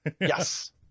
Yes